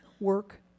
work